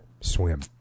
Swim